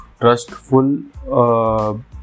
trustful